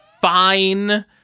fine